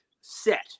set